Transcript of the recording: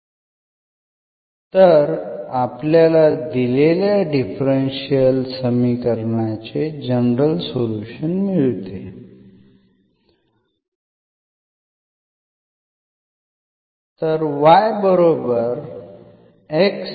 तर आपले उत्तर हे पर्टिक्युलर इंटिग्रल आहे आणि हे दिलेल्या समीकरणाचे पर्टिक्युलर सोल्युशन आहे तसेच आपल्याकडे कॉम्ल्पिमेंटरी फंक्शन आहे